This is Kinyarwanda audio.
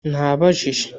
nabajije